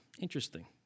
Interesting